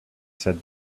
said